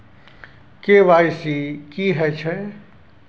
KYC की हय छै?